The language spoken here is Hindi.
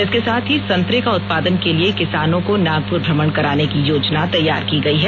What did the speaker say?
इसके साथ ही संतरे का उत्पादन के लिए किसानों को नागपुर महाराष्ट्र भ्रमण कराने की योजना तैयार की गई है